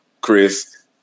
Chris